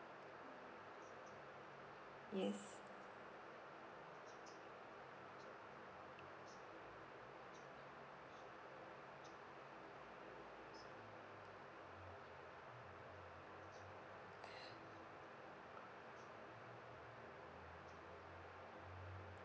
yes